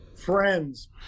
friends